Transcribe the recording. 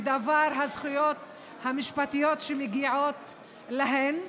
הזכויות המשפטיות שמגיעות להן.